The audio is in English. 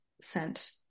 sent